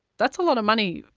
that's a lot of money.